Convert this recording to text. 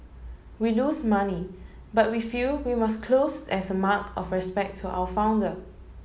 we lose money but we feel we must closed as a mark of respect to our founder